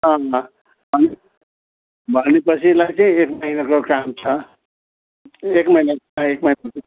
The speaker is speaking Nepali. भने पछिलाई चाहिँ एक महिनाको काम छ त्यो एक महिना